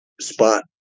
spot